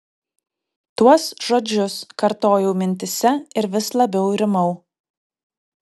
tuos žodžius kartojau mintyse ir vis labiau rimau